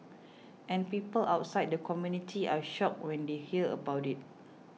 and people outside the community are shocked when they hear about it